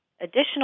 additional